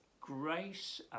grace